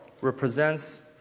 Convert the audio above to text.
represents